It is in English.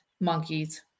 monkeys